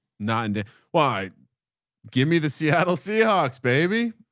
not in d y give me the seattle seahawks, baby.